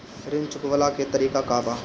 ऋण चुकव्ला के तरीका का बा?